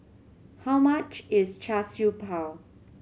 how much is Char Siew Bao